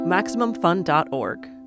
MaximumFun.org